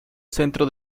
centro